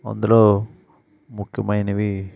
అందులో ముఖ్యమైనవి